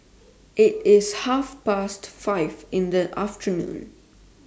IT IS Half Past five in The afternoon